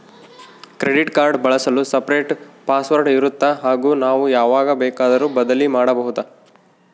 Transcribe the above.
Credit card ಬಳಸಲು separate password ಇರುತ್ತಾ ಹಾಗೂ ನಾವು ಯಾವಾಗ ಬೇಕಾದರೂ ಬದಲಿ ಮಾಡಬಹುದಾ?